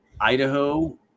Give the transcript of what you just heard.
Idaho